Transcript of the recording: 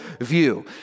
view